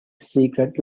secret